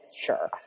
sure